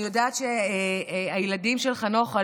אני יודעת שהילדים של חנוך,